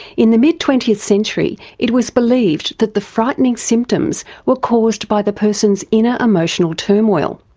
in the mid twentieth century it was believed that the frightening symptoms were caused by the person's inner emotional turmoil.